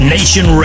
Nation